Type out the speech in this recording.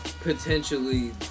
potentially